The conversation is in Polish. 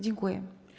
Dziękuję.